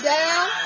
down